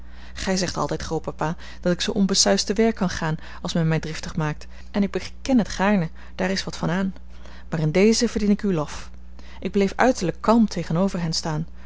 gij zegt altijd grootpapa dat ik zoo onbesuisd te werk kan gaan als men mij driftig maakt en ik beken het gaarne daar is wat van aan maar in dezen verdien ik uw lof ik bleef uiterlijk kalm tegenover hen staan